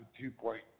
two-point